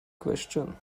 question